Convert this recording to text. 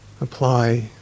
apply